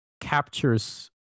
captures